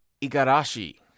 Igarashi